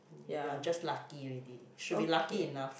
ya just lucky already should be lucky enough